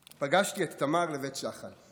פגשתי את תמר לבית שחל,